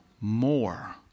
More